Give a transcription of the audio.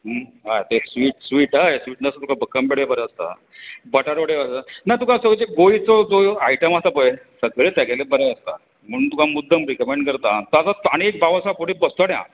हय ते sweet sweet हय स्विटनस तुका भक्कम पेडे बरे आसता बटाट वडे ना तुका चवथीक तो बोळीचो आयटम आसा पळय सगळें तागेलें बरें आसता म्हूण तुका हांव मुद्दम रिकमेंट करतां ताजो आनी एक गाडो आसता फुडे एक बस्तोड्या